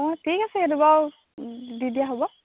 অঁ ঠিক আছে সেইটো বাৰু দি দিয়া হ'ব